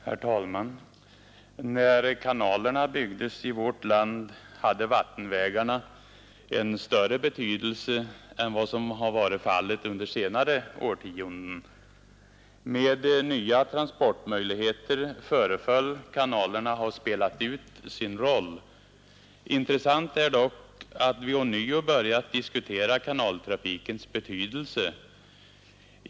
Herr talman! När kanalerna byggdes i vårt land hade vattenvägarna en större betydelse än vad som varit fallet under senare årtionden. Med nya transportmöjligheter föreföll kanalerna ha spelat ut sin roll. Intressant är dock att vi ånyo börjat diskutera kanaltrafikens betydelse.